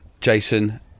Jason